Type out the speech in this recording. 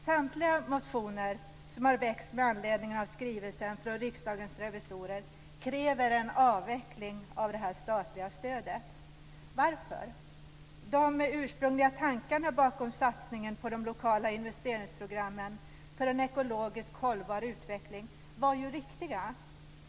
Samtliga motioner som har väckts med anledning av skrivelsen från Riksdagens revisorer kräver en avveckling av detta statliga stöd. Varför? De ursprungliga tankarna bakom satsningen på de lokala investeringsprogrammen för en ekologiskt hållbar utveckling var riktiga.